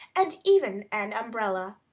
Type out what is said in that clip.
and even an umbrella.